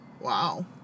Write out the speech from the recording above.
Wow